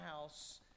house